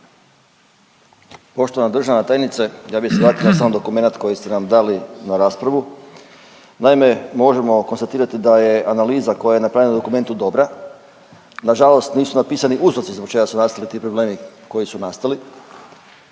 Poštovana državna tajnice, ja bih se vratio na sam dokumenat koji ste nam dali na raspravu. Naime, možemo konstatirati da je analiza koja je napravljena u dokumentu dobra. Na žalost nisu napisani uzroci zbog čega su nastali ti problemi koji su nastali.